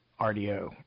RDO